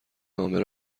نامه